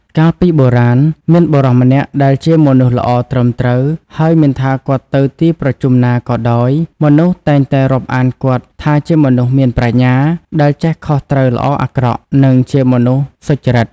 កាលពីបុរាណ មានបុរសម្នាក់ដែលជាមនុស្សល្អត្រឹមត្រូវ ហើយមិនថាគាត់ទៅទីប្រជុំណាក៏ដោយ មនុស្សតែងតែរាប់អានគាត់ថាជាមនុស្សមានប្រាជ្ញា ដែលចេះខុសត្រូវល្អអាក្រក់ និងជាមនុស្សសុចរិត។